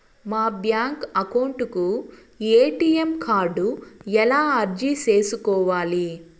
మా bank account కు ATM card ఎలా అర్జీ సేసుకోవాలి?